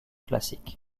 classique